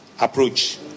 approach